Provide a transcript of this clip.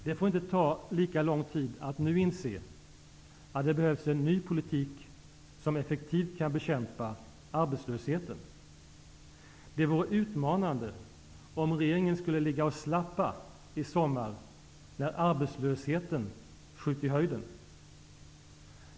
Det får inte ta lika lång tid att nu inse att det behövs en ny politik som effektivt kan bekämpa arbetslösheten. Det vore utmanande om regeringen skulle ligga och slappa i sommar, när arbetslösheten skjuter i höjden.